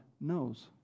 knows